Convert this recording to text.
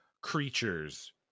creatures